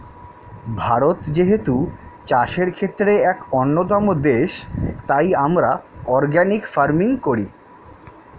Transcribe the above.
ভারত যেহেতু চাষের ক্ষেত্রে এক অন্যতম দেশ, তাই আমরা অর্গানিক ফার্মিং করি